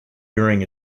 during